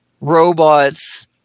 robots